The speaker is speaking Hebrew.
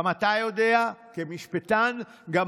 גם אתה כמשפטן יודע,